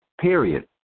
period